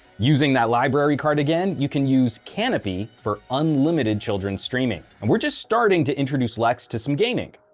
using that library card again you can use kanopy for unlimited children's streaming. and we're just starting to introduce lex to some gaming.